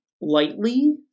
lightly